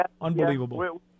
unbelievable